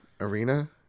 arena